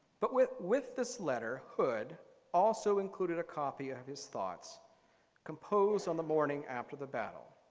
but with with this letter, hood also included a copy of his thoughts composed on the morning after the battle.